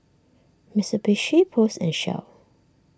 Mitsubishi Post and Shell